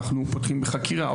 אנחנו פותחים בחקירה.